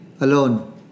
alone